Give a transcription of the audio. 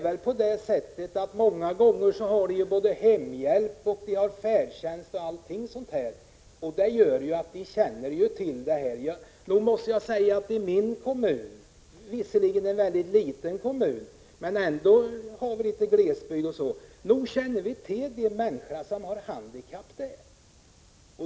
Men många gånger har ju de handikappade både hemhjälp och färdtjänst, och det gör att kommunerna känner till dem. Nog måste jag säga att vi i min kommun — det är visserligen en mycket liten kommun, men vi har ändå litet glesbygd — känner till de människor som har handikapp.